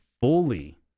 fully